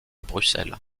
bruxelles